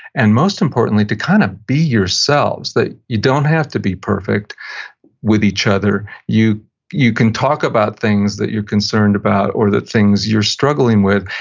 and most importantly to kind of be yourselves. that you don't have to be perfect with each other you you can talk about things that you're concerned about, or the things you're struggling with,